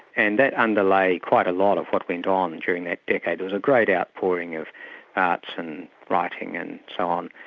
and that underlay quite a lot of what went on and during that decade. there was a great outpouring of arts and writing and so on,